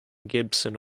gibson